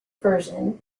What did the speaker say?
version